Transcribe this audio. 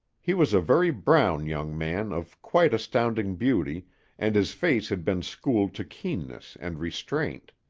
he was a very brown young man of quite astounding beauty and his face had been schooled to keenness and restraint.